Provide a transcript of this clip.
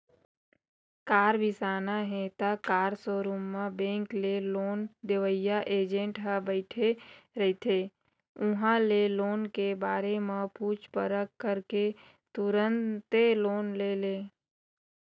car बिसाना हे त कार सोरूम म बेंक ले लोन देवइया एजेंट ह बइठे रहिथे उहां ले लोन के बारे म पूछ परख करके तुरते लोन ले ले